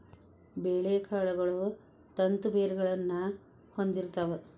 ಬೇಳೆಕಾಳುಗಳು ತಂತು ಬೇರುಗಳನ್ನಾ ಹೊಂದಿರ್ತಾವ